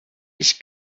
ich